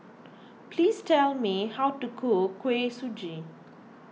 please tell me how to cook Kuih Suji